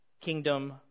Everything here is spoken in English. kingdom